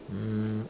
um